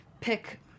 pick